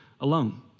alone